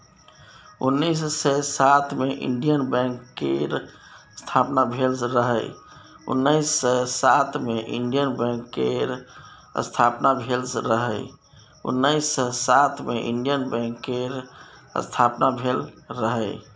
उन्नैस सय सात मे इंडियन बैंक केर स्थापना भेल रहय